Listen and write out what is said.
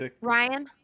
Ryan